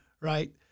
right